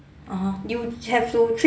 (uh huh)